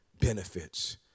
benefits